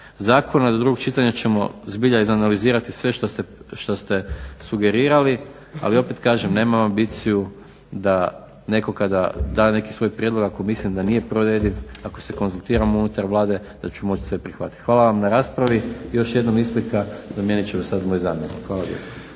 zakona. Do drugog čitanja ćemo zbilja izanalizirati sve što ste sugerirali. Ali opet kažem, nemam ambiciju da netko kada da neki svoj prijedlog ako mislim da nije provediv, ako se konzultiram unutar Vlade da ću moći sve prihvatiti. Hvala vam na raspravi. Još jednom isprika, zamijeniti će me sada moj zamjenik. Hvala